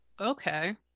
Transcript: Okay